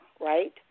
right